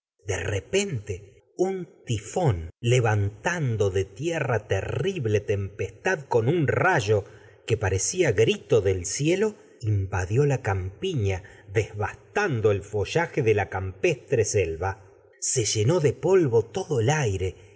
entonces repente un tifón levantando de tierra terrible tempes tad con un rayo que parecía grito del cielo invadió la campiña devastando el follaje de la campestre selva se llenó de polvo todo el aire